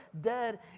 dead